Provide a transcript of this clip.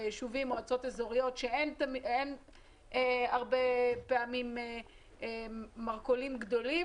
ביישובים ובמועצות אזוריות שאין הרבה פעמים מרכולים גדולים.